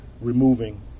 removing